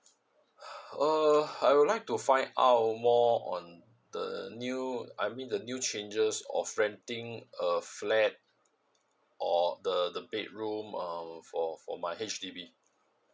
(aa) I would like to find out more on the new I mean the new changes of renting a flat or the the bedroom um for for my H_D_B